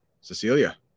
Cecilia